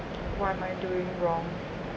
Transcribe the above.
what am I doing wrong